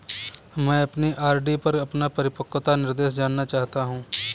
मैं अपनी आर.डी पर अपना परिपक्वता निर्देश जानना चाहता हूँ